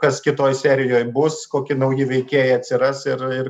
kas kitoj serijoj bus koki nauji veikėjai atsiras ir ir